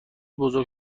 بزرگ